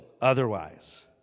otherwise